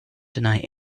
deny